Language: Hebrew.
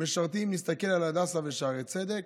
אם נסתכל על הדסה ושערי צדק,